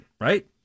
right